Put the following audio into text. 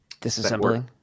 disassembling